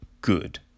good